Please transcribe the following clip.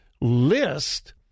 list